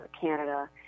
Canada